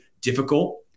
difficult